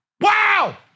wow